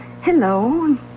hello